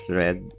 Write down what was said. red